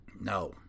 No